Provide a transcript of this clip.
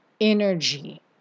energy